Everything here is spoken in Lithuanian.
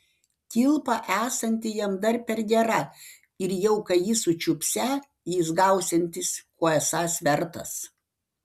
kilpa esanti jam dar per gera ir jau kai jį sučiupsią jis gausiantis ko esąs vertas